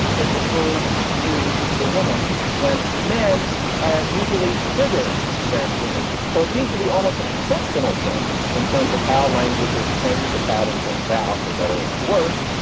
that refers to the woman when men are usually bigger than women. so it seems to be almost an exceptional thing in terms of how languages tend to pattern things out, for better or for worse.